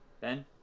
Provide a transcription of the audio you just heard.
Ben